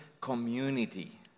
community